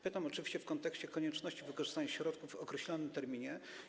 Pytam oczywiście w kontekście konieczności wykorzystania środków w określonym terminie.